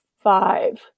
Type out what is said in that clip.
five